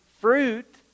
fruit